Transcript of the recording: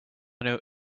know